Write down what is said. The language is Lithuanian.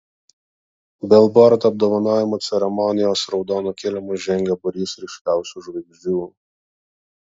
bilbord apdovanojimų ceremonijos raudonu kilimu žengė būrys ryškiausių žvaigždžių